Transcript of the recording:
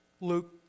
Luke